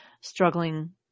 struggling